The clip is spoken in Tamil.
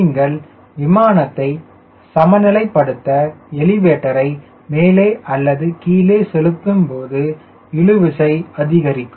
நீங்கள் விமானத்தை சமநிலைப்படுத்த எலிவேட்டரை மேலே அல்லது கீழே செலுத்தும்போது இழு விசை அதிகரிக்கும்